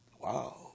Wow